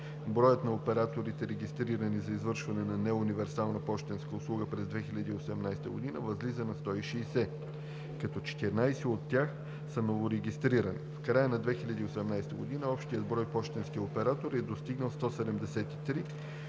Броят на операторите, регистрирани за извършване на неуниверсални пощенски услуги (НПУ), през 2018 г. възлиза на 160, като 14 от тях са новорегистрирани. В края на 2018 г. общият брой пощенски оператори е достигнал 173,